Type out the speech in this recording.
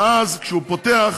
ואז, כשהוא פותח